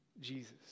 Jesus